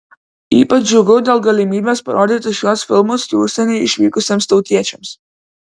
ypač džiugu dėl galimybės parodyti šiuos filmus į užsienį išvykusiems tautiečiams